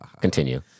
Continue